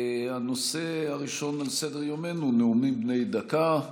הנושא הראשון על סדר-יומנו הוא נאומים בני דקה,